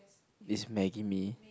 is maggi mee